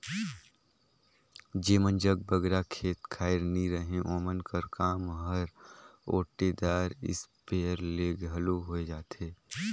जेमन जग बगरा खेत खाएर नी रहें ओमन कर काम हर ओटेदार इस्पेयर ले घलो होए जाथे